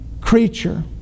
creature